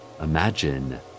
imagine